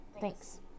Thanks